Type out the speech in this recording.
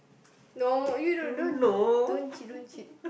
no you don't don't don't cheat don't cheat